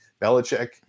Belichick